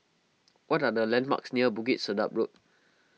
what are the landmarks near Bukit Sedap Road